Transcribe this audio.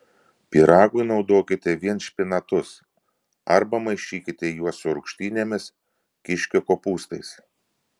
pyragui naudokite vien špinatus arba maišykite juos su rūgštynėmis kiškio kopūstais